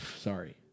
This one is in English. sorry